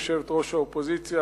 יושבת-ראש האופוזיציה,